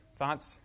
thoughts